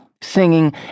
singing